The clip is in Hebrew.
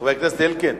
חבר הכנסת אלקין.